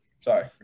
sorry